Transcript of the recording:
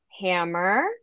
hammer